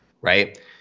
right